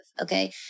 okay